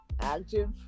active